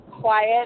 quiet